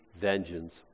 vengeance